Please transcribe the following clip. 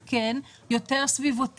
לא עוד 10 שנים.